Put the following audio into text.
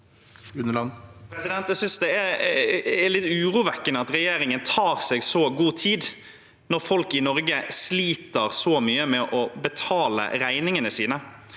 (SV) Det er litt urovekkende at regjeringen tar seg så god tid når folk i Norge sliter så mye med å betale regningene sine.